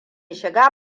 shiga